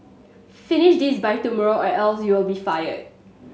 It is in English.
finish this by tomorrow or else you'll be fired